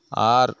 ᱟᱨ